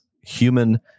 human